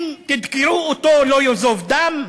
אם תדקרו אותו, לא ייזוב דם?